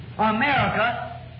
America